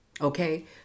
Okay